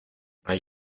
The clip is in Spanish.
hay